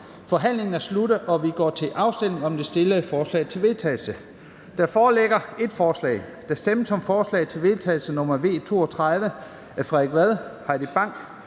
Forhandlingen er sluttet, og vi går til afstemning om det fremsatte forslag til vedtagelse. Der foreligger ét forslag. Der stemmes om forslag til vedtagelse nr. V 32 af Frederik Vad (S), Heidi Bank